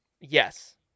yes